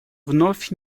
вновь